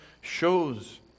shows